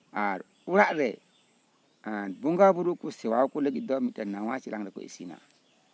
ᱟᱨ ᱚᱲᱟᱜᱨᱮ ᱵᱚᱸᱜᱟ ᱵᱳᱨᱳ ᱠᱚ ᱥᱮᱵᱟ ᱠᱚ ᱞᱟᱹᱜᱤᱫ ᱫᱚ ᱢᱤᱫᱴᱮᱱ ᱱᱟᱣᱟ ᱪᱮᱞᱟᱝ ᱨᱮᱠᱚ ᱤᱥᱤᱱᱟ